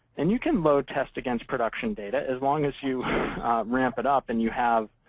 and you can load-test against production data, as long as you ramp it up and you have